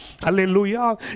Hallelujah